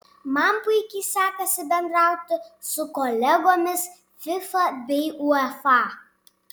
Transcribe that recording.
man puikiai sekasi bendrauti su kolegomis fifa bei uefa